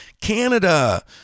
Canada